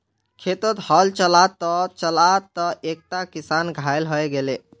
खेतत हल चला त चला त एकता किसान घायल हय गेले